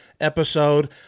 episode